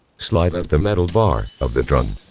slide out the metal bar of the drum.